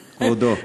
כבודו.